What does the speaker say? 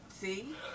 See